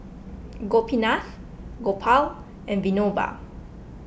Gopinath Gopal and Vinoba